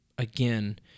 again